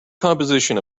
composition